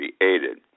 created